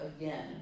again